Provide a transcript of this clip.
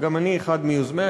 שגם אני אחד מיוזמיה,